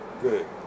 good